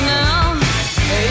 now